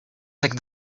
take